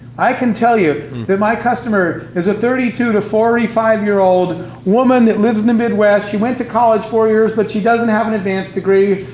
i can tell you that my customer is a thirty two to forty five year old woman that lives in the midwest. she went to college four years, but she doesn't have an advanced degree,